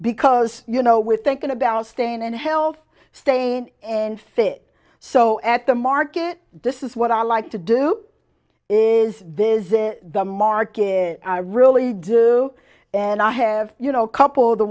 because you know we're thinking about staying and health state and fit so at the market this is what i like to do is visit the market i really do and i have you know a couple